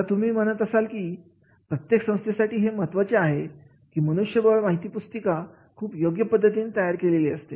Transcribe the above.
आता तुम्ही पाहत असाल की प्रत्येक संस्थेसाठी हे खूप महत्त्वाचे आहे की मनुष्यबळ माहिती पुस्तिका खूप योग्य पद्धतीने तयार केलेली असते